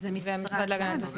זה המשרד להגנת הסביבה.